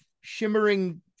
shimmering